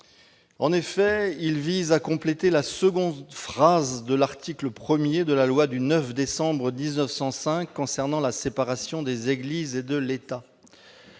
En effet, il vise à compléter la seconde phrase de l'article 1 de la loi du 9 décembre 1905 concernant la séparation des Églises et de l'État.